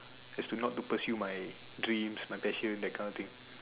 as to not to pursue my dreams my passion that kind of thing